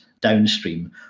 downstream